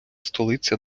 столиця